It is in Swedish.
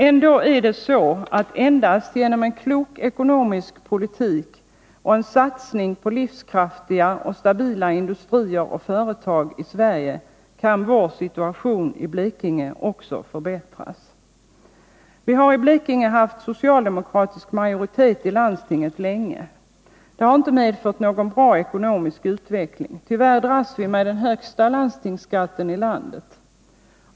Ändå är det så att genom en klok ekonomisk politik och en satsning på livskraftiga och stabila industrier och företag i Sverige kan vår situation i Blekinge också förbättras. Vi har i Blekinge haft socialdemokratisk majoritet i landstinget länge. Det har inte medfört någon bra ekonomisk utveckling. Tyvärr dras vi med den högsta landstingsskatten i landet.